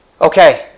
Okay